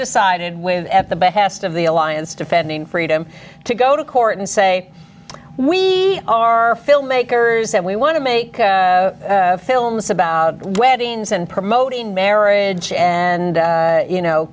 decided with at the behest of the alliance defending freedom to go to court and say we are filmmakers and we want to make films about weddings and promoting marriage and you know